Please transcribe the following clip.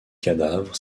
cadavre